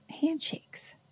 handshakes